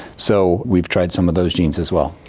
so we've tried some of those genes as well.